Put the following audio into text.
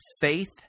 faith